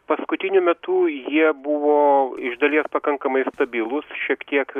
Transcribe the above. paskutiniu metu jie buvo iš dalies pakankamai stabilūs šiek tiek